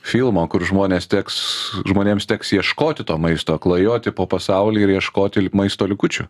filmo kur žmonės teks žmonėms teks ieškoti to maisto klajoti po pasaulį ir ieškoti maisto likučių